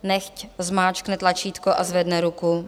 Nechť zmáčkne tlačítko a zvedne ruku.